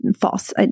false